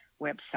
website